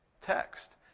text